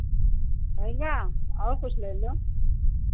होइ गा और कुछ लइ लो